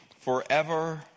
forever